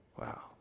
Wow